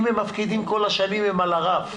אם הם מפקידים כל השנים הם על הרף.